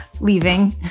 leaving